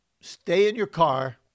stay-in-your-car